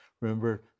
Remember